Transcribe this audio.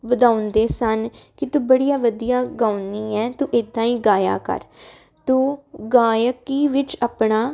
ਵਧਾਉਦੇ ਸਨ ਕੀ ਤੂੰ ਬੜੀਆਂ ਵਧੀਆ ਗਾਉਣੀ ਹ ਤੂੰ ਇਦਾਂ ਹੀ ਗਾਇਆ ਕਰ ਤੋ ਗਾਇਕੀ ਵਿੱਚ ਆਪਣਾ